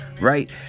Right